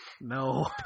No